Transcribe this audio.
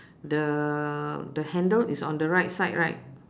the the handle is on the right side right